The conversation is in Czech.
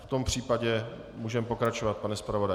V tom případě můžeme pokračovat, pane zpravodaji.